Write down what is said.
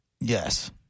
Yes